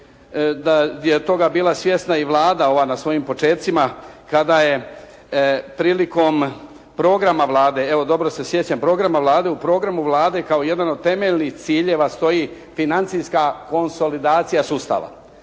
da je toga bila svjesna i Vlada ova na svojim počecima kada je prilikom programa Vlade, evo dobro se sjećam, programa Vlade, u programu Vlade, kao jedan od temeljnih ciljeva stoji financijska konsolidacija sustava.